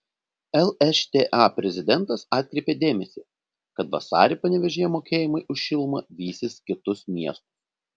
lšta prezidentas atkreipė dėmesį kad vasarį panevėžyje mokėjimai už šilumą vysis kitus miestus